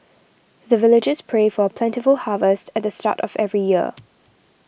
the villagers pray for plentiful harvest at the start of every year